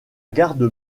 garde